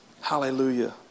hallelujah